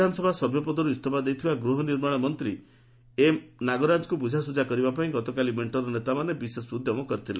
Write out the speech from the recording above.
ବିଧାନସଭା ସଭ୍ୟ ପଦରୁ ଇସଫା ଦେଇଥିବା ଗୃହନିର୍ମାଣ ମନ୍ତ୍ରୀ ଏମ୍ ନାଗରାଜଙ୍କୁ ବୁଝାଶୁଝା କରିବାପାଇଁ ଗତକାଲି ମେଙ୍କର ନେତାମାନେ ବିଶେଷ ଉଦ୍ୟମ କରିଥିଲେ